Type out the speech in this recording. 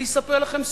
אני אספר לכם סוד.